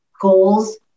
goals